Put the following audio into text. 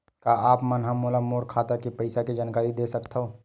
का आप मन ह मोला मोर खाता के पईसा के जानकारी दे सकथव?